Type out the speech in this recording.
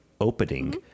opening